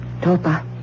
Topa